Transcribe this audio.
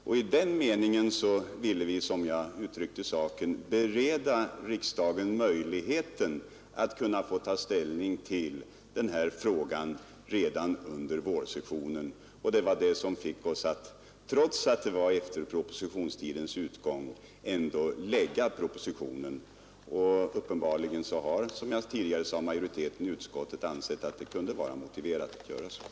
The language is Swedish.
Och just av det skälet ville vi, som jag uttryckte saken, bereda riksdagen möjlighet att ta ställning till den här frågan redan under vårsessionen, och det var det som fick oss att, trots att det var efter propositionstidens utgång, lägga fram propositionen. Uppenbarligen har, som jag tidigare sagt, majoriteten i utskottet ansett att det kunde vara motiverat att göra så.